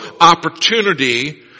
opportunity